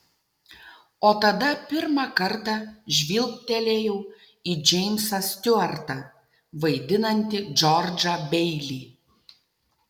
o tada pirmą kartą žvilgtelėjau į džeimsą stiuartą vaidinantį džordžą beilį